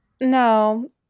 no